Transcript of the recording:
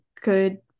good